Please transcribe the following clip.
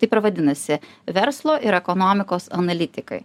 taip ir vadinasi verslo ir ekonomikos analitikai